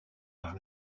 par